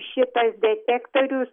šitas detektorius